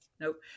Nope